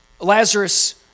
Lazarus